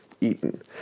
eaten